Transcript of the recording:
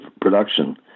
production